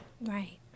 Right